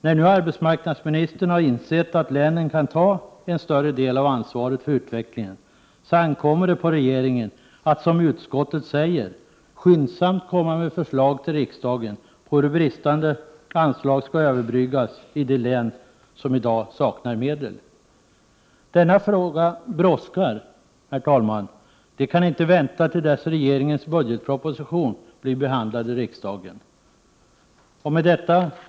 När nu arbetsmarknadsministern har insett att länen kan ta en större del av ansvaret för utvecklingen, ankommer det på regeringen att, som utskottet säger, skyndsamt komma med förslag till riksdagen till hur bristande anslag skall överbryggas i de län som i dag saknar medel. Denna fråga brådskar, herr talman. Den kan inte vänta till dess att regeringens budgetproposition blir behandlad i riksdagen. Herr talman!